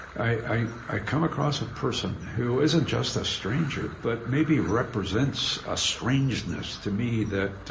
i i come across a person who isn't just a stranger, but maybe represents a strangeness to me that